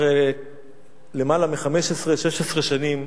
כבר למעלה מ-15 16 שנים